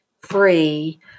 free